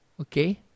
okay